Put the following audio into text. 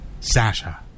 sasha